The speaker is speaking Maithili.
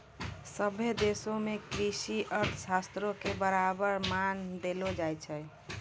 सभ्भे देशो मे कृषि अर्थशास्त्रो के बराबर मान देलो जाय छै